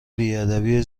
بیادبی